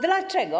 Dlaczego?